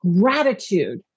gratitude